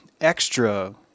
extra